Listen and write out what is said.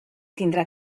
tindrà